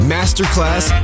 Masterclass